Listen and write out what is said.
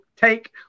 take